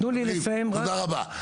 תודה רבה.